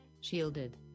shielded